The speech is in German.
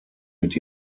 mit